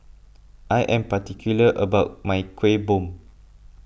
I am particular about my Kueh Bom